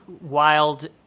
wild